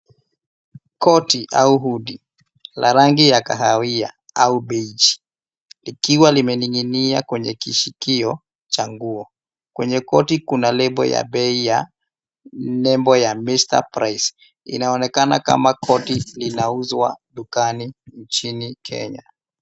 Koti au hoodie la rangi ya kahawia au beige , likiwa limening'inia kwenye kishikio cha nguo. Kwenye koti, kuna lebo ya bei ya nembo ya Mr. Price. Inaonekana kama koti linauzwa dukani nchini Kenya.